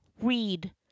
read